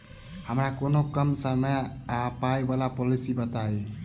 हमरा कोनो कम समय आ पाई वला पोलिसी बताई?